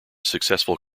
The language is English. successful